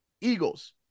Eagles